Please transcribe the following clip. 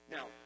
Now